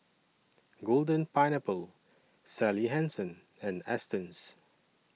Golden Pineapple Sally Hansen and Astons